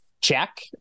check